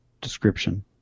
description